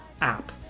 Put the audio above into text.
app